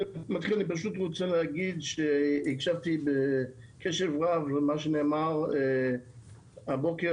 הקשבתי בקשב רב למה שנאמר הבוקר.